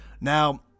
Now